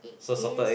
so salted egg